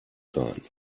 sein